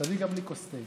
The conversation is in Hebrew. תביא גם לי כוס תה.